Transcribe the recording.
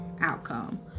outcome